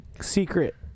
secret